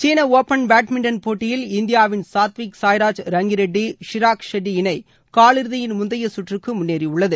சீனஒபன் badminton போட்டியில் இந்தியாவின் சாத்விக் சாய்ராஜ் ரங்கிரெட்டி சீராக் ஷெட்டி இணைகாலிறுதியின் முந்தையசுற்றுக்குமுன்னேறியுள்ளது